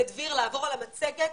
לדברי לעבור על המצגת,